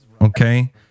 Okay